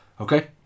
Okay